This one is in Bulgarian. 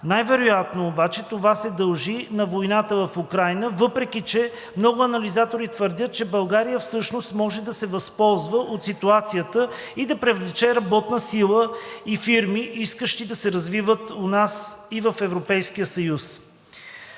Най-вероятно обаче това се дължи на войната в Украйна, въпреки че много анализатори твърдят, че България всъщност може да се възползва от ситуацията и да привлече работна сила и фирми, искащи да се развиват у нас и в Европейския съюз.